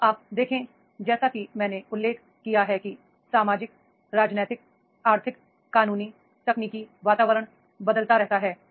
अब आप देखें जैसा कि मैंने उल्लेख किया है कि सामाजिक राजनीतिक आर्थिक कानूनी तकनीकी वातावरण बदलता रहता है